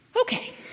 Okay